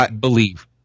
believe